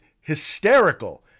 hysterical